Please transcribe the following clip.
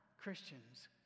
Christians